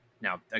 Now